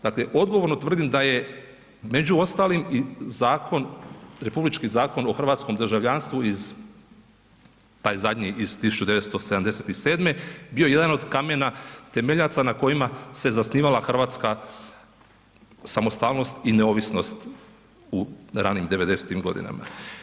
Dakle, odgovorno tvrdim da je među ostalim i zakon, Republički zakon o hrvatskog državljanstvu taj zadnji iz 1977. bio jedan od kamena temeljaca na kojima se zasnivala Hrvatska samostalnost i neovisnost u ranim 90-tim godinama.